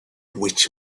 which